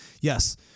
yes